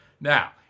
now